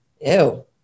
Ew